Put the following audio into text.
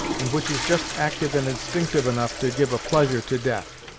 and which is just actyve and instinctyve enough to give a pleasure to death.